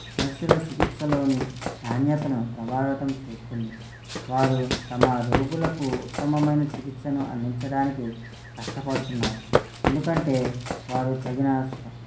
నర్సులు చికిత్సలోని నాణ్యతను ప్రభావితం చేస్తుంది వారు తమ రోగులకు ఉత్తమమైన చికిత్సను అందించడానికి కష్టపడుతున్నారు ఎందుకంటే వారు తగిన